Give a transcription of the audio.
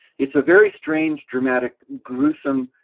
it's a very strange, dramatic, gruesome